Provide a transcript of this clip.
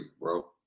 bro